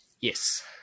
Yes